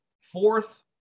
fourth